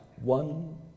one